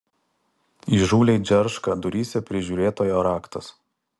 įžūliai džerška duryse prižiūrėtojo raktas